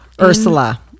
Ursula